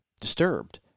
disturbed